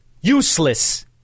useless